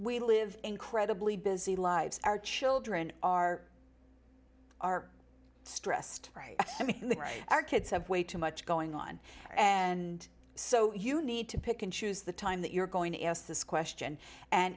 we live incredibly busy lives our children are our stressed i mean our kids have way too much going on and so you need to pick and choose the time that you're going to ask this question and